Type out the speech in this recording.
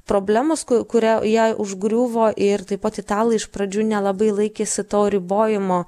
problemos kurią jai užgriuvo ir taip pat italai iš pradžių nelabai laikėsi to ribojimo